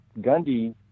Gundy